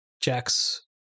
Jack's